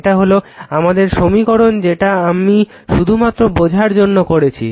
এটা হলো আমাদের সমীকরণ যেটা আমি শুধুমাত্র বোঝার জন্য করেছি